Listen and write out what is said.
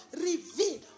reveal